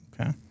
Okay